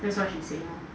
that's what she say lor